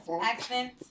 accent